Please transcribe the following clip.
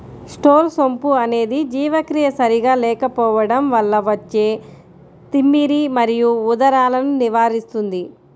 star సోంపు అనేది జీర్ణక్రియ సరిగా లేకపోవడం వల్ల వచ్చే తిమ్మిరి మరియు ఉదరాలను నివారిస్తుంది